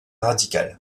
radical